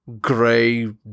Gray